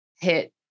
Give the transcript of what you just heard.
hit